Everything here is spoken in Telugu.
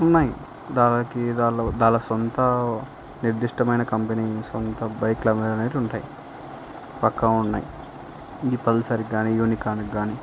ఉన్నాయి దానికి దానిలో దాని సొంత నిర్దిష్టమైన కంపెనీ సొంత బైక్లు అనేటివి ఉంటాయి పక్కా ఉన్నాయి ఇ పల్సర్కి కాని యూనికార్న్ కానీ